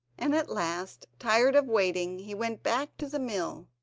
and at last, tired of waiting, he went back to the mill.